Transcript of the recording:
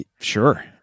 Sure